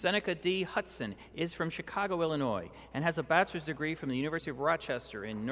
seneca d hudson is from chicago illinois and has a bachelor's degree from the university of rochester in n